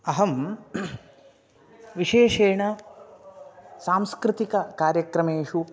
अहं विशेषेण सांस्कृतिककार्यक्रमेषु